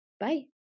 Bye